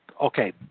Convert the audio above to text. okay